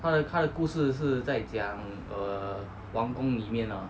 and a kind of 故事是在家 err 王宫里面啊